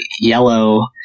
yellow